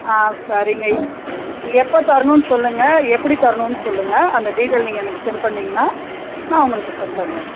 ஆ சரிங்க எப்போ தரணுன்னு சொல்லுங்கள் எப்படி தரணுன்னு சொல்லுங்கள் அந்த டீடெய்ல் நீங்கள் எனக்கு செண்ட் பண்ணீங்கன்னால் நான் உங்களுக்கு செண்ட் பண்ணிடுறேன்